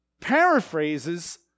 paraphrases